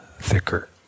thicker